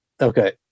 Okay